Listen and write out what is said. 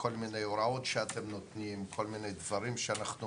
כל מיני הוראות שאתם נותנים, כל מיני דברים שאנחנו